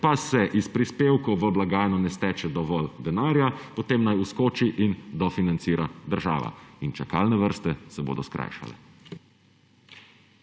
pa se iz prispevkov v blagajno ne steče dovolj denarja, potem naj vskoči in dofinancira država. In čakalne vrste se bodo skrajšale.